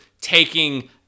taking